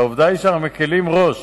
והעובדה שאנחנו מקלים ראש